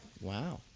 Wow